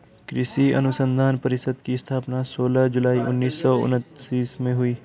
कृषि अनुसंधान परिषद की स्थापना सोलह जुलाई उन्नीस सौ उनत्तीस में हुई